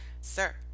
sir